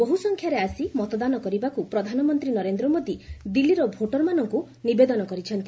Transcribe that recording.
ବହୁ ସଂଖ୍ୟାରେ ଆସି ମତଦାନ କରିବାକୁ ପ୍ରଧାନମନ୍ତ୍ରୀ ନରେନ୍ଦ୍ର ମୋଦି ଦିଲ୍ଲୀର ଭୋଟର୍ମାନଙ୍କୁ ନିବେଦନ କରିଛନ୍ତି